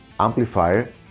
amplifier